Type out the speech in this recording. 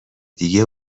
دیگه